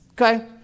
Okay